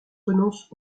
renonce